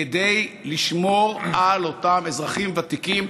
כדי לשמור על אותם אזרחים ותיקים,